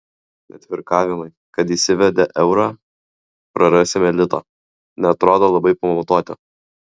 net virkavimai kad įsivedę eurą prarasime litą neatrodo labai pamatuoti